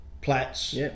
Platts